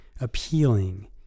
appealing